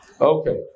Okay